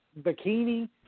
bikini